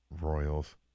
Royals